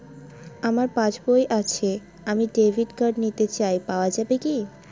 আমার পাসবই আছে আমি ডেবিট কার্ড নিতে চাই পাওয়া যাবে কি?